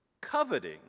Coveting